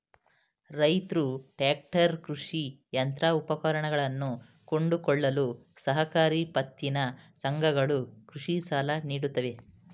ರೈತ್ರು ಟ್ರ್ಯಾಕ್ಟರ್, ಕೃಷಿ ಯಂತ್ರೋಪಕರಣಗಳನ್ನು ಕೊಂಡುಕೊಳ್ಳಲು ಸಹಕಾರಿ ಪತ್ತಿನ ಸಂಘಗಳು ಕೃಷಿ ಸಾಲ ನೀಡುತ್ತವೆ